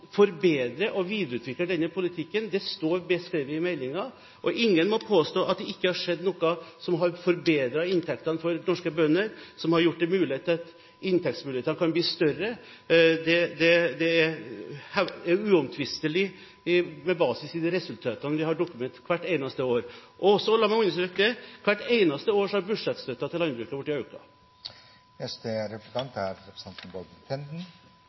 forbedre og videreutvikle denne politikken, det står beskrevet i meldingen, og ingen må påstå at det ikke har skjedd noe når det gjelder å forbedre inntekten for norske bønder, og gjort inntektsmulighetene større. Det er uomtvistelig, med basis i de resultatene vi har dokumentert hvert eneste år. Og la meg understreke: Hvert eneste år har budsjettstøtten til landbruket økt. En av de store utfordringene for å få en mer rettferdig handel med matvarer er